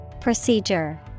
Procedure